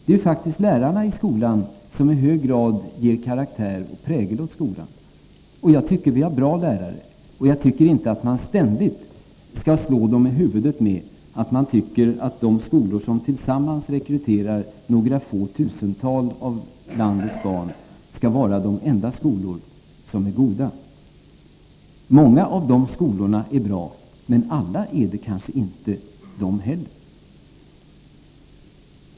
Det är ju faktiskt lärarna som i hög grad ger karaktär och prägel åt skolan. Jag tycker att vi har bra lärare, och jag anser inte att man ständigt skall slå dem i huvudet med att man tycker att de skolor som tillsammans rekryterar några få tusental av landets barn är de enda skolor som är goda. Många av de skolorna är bra, men alla är det kanske inte.